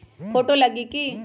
Photo लगी कि?